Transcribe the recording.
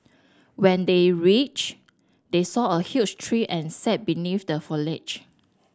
when they reached they saw a huge tree and sat beneath the foliage